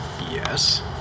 Yes